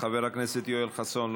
חבר הכנסת יואל חסון,